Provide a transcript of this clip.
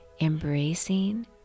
embracing